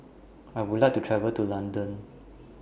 I Would like to travel to London